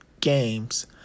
games